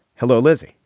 hello, lizzie.